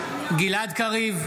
קריב,